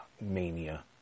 mania